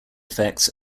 effects